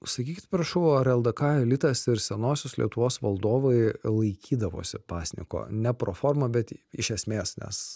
sakykit prašau ar ldk elitas ir senosios lietuvos valdovai laikydavosi pasniko ne pro forma bet iš esmės nes